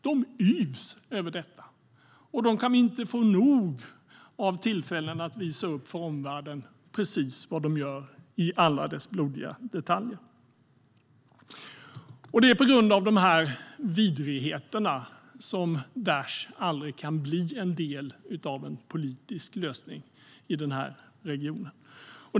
De yvs över detta, och de kan inte få nog av tillfällen att för omvärlden visa upp precis vad de gör i alla dess blodiga detaljer. Det är på grund av dessa vidrigheter som Daish aldrig kan bli en del av en politisk lösning i denna region.